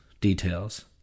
details